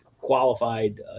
qualified